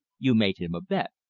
you made him a bet.